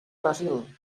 brasil